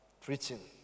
preaching